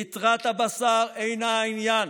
ליטרת הבשר אינה העניין.